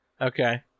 Okay